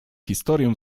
historię